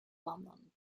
london